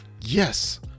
Yes